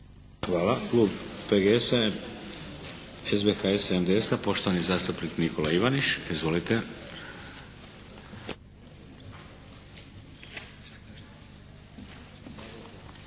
Hvala. Kluba PGS-a, SBHS-a i MDS-a poštovani zastupnik Nikola Ivaniš. Izvolite.